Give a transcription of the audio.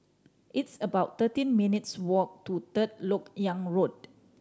it's about thirteen minutes' walk to Third Lok Yang Road